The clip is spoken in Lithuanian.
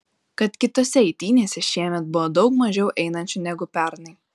kad kitose eitynėse šiemet buvo daug mažiau einančių negu pernai